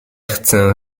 chcę